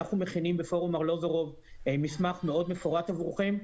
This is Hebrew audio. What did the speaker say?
אנחנו מכינים בפורום ארלוזורוב מסמך מאוד מפורט עבורכם,